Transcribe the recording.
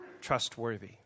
trustworthy